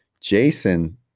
Jason